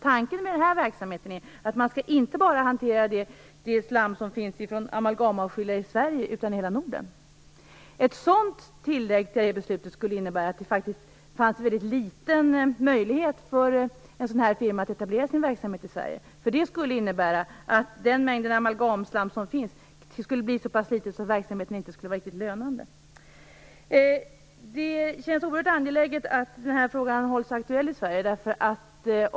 Tanken med denna verksamhet är att man inte bara skall hantera det slam som finns från amalgamavskiljare i Sverige utan i hela Norden. Ett sådant tillägg till detta beslut skulle innebära att det faktiskt fanns en väldigt liten möjlighet för en sådan firma att etablera sin verksamhet i Sverige. Det skulle nämligen innebära att den mängd amalgamslam som finns skulle bli så pass liten att verksamheten inte skulle vara riktigt lönande. Det känns oerhört angeläget att den här frågan hålls aktuell i Sverige.